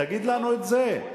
תגיד לנו את זה.